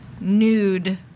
nude